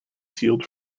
sealed